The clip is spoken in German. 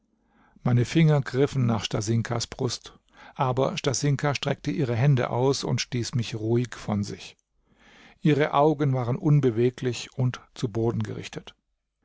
meine finger griffen nach stasinkas brust aber stasinka streckte ihre hände aus und stieß mich ruhig von sich ihre augen waren unbeweglich und zu boden gerichtet